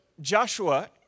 Joshua